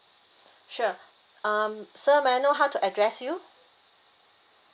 sure um sir may I know how to address you